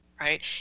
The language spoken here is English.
right